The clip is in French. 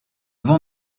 vent